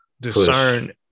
discern